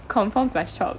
confirm plus chop